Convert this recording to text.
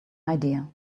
idea